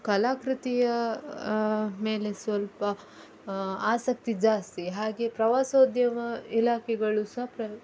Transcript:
ಕಲಾಕೃತಿಯ ಮೇಲೆ ಸ್ವಲ್ಪ ಆಸಕ್ತಿ ಜಾಸ್ತಿ ಹಾಗೆ ಪ್ರವಾಸೋದ್ಯಮ ಇಲಾಖೆಗಳು ಸಹ ಪ್ರ